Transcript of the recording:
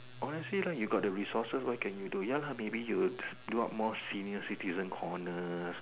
honestly lah you got the resources what can you do ya lah maybe you will do out more senior citizen corners